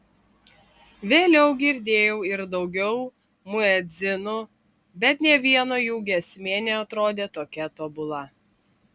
vėliau girdėjau ir daugiau muedzinų bet nė vieno jų giesmė neatrodė tokia tobula